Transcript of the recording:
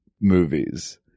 movies